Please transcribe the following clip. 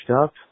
up